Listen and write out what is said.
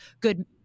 good